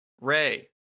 Ray